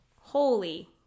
holy